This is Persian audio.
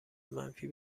منفی